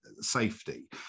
safety